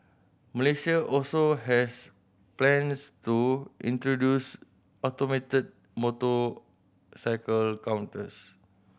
Malaysia also has plans to introduce automated motorcycle counters